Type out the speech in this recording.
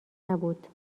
نبود